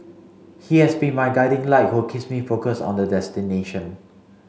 he has been my guiding light who kiss me focus on the destination